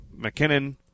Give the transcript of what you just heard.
McKinnon